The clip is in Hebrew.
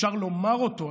אפשר לומר אותו,